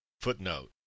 Footnote